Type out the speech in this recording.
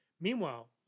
Meanwhile